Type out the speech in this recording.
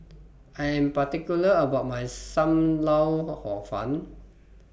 I Am particular about My SAM Lau Hor Fun